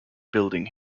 building